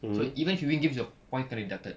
so even if you win games your point kena deducted